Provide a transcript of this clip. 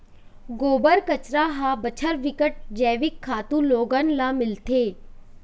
गोबर, कचरा हर बछर बिकट जइविक खातू लोगन ल मिलथे